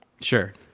Sure